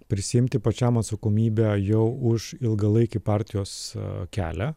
prisiimti pačiam atsakomybę jau už ilgalaikį partijos kelią